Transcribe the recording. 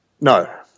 No